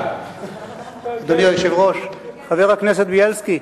אדוני היושב-ראש, חבר הכנסת בילסקי,